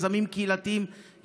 יזמים קהילתיים,